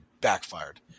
backfired